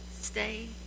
stay